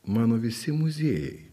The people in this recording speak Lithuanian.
mano visi muziejai